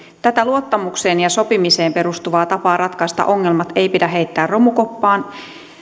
tätä luottamukseen ja sopimiseen perustuvaa tapaa ratkaista ongelmat ei pidä heittää romukoppaan